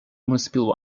municipal